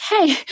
hey